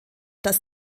das